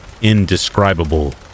indescribable